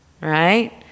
right